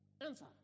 Answer